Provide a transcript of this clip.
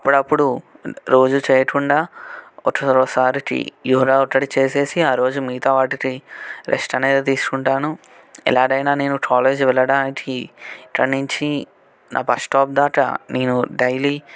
అప్పుడప్పుడు రోజు చేయకుండా ఒక్కోసారికి యోగా ఒకటి చేసేసి రోజు మిగతా వాటికి రెస్ట్ అనేది తీసుకుంటాను ఎలాగైనా నేను కాలేజీ వెళ్ళడానికి ఇక్కడి నుండి నా బస్ స్టాప్ దాకా నేను డైలీ